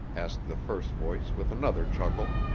asked the first voice with another chuckle.